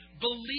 believe